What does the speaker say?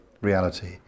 reality